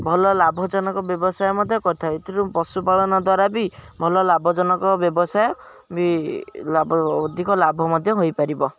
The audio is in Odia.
ଭଲ ଲାଭଜନକ ବ୍ୟବସାୟ ମଧ୍ୟ କରିଥାଏ ଏଥିରୁ ପଶୁପାଳନ ଦ୍ୱାରା ବି ଭଲ ଲାଭଜନକ ବ୍ୟବସାୟ ବି ଅଧିକ ଲାଭ ମଧ୍ୟ ହୋଇପାରିବ